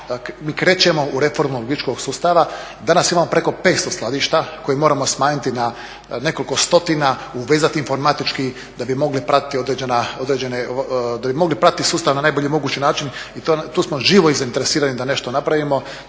mi krećemo u reformu logističkog sustava. Danas imamo preko 500 skladišta koje moramo smanjiti na nekoliko stotina, uvezati informatički da bi mogli pratiti sustav na najbolji mogući način. I tu smo živo zainteresirani da nešto napravimo,